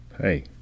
hey